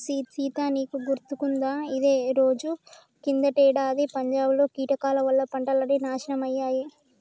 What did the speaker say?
సీత నీకు గుర్తుకుందా ఇదే రోజు కిందటేడాది పంజాబ్ లో కీటకాల వల్ల పంటలన్నీ నాశనమయ్యాయి